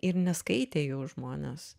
ir neskaitė jų žmonės